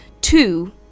Two